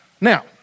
Now